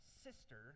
sister